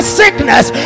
sickness